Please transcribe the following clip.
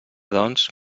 doncs